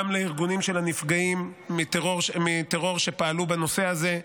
גם לארגונים של הנפגעים מטרור שפעלו בנושא הזה,